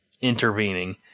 intervening